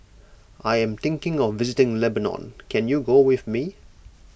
I am thinking of visiting Lebanon can you go with me